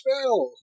spell